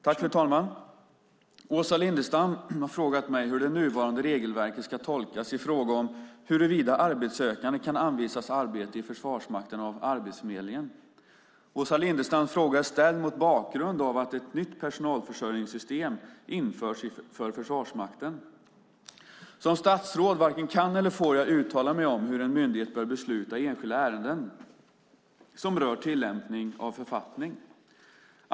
Fru talman! Åsa Lindestam har frågat mig hur det nuvarande regelverket ska tolkas i fråga om huruvida arbetssökande kan anvisas arbete i Försvarsmakten av Arbetsförmedlingen. Åsa Lindestams fråga är ställd mot bakgrund av att ett nytt personalförsörjningssystem införts för Försvarsmakten. Som statsråd varken kan eller får jag uttala mig om hur en myndighet bör besluta i enskilda ärenden som rör tillämpning av författning.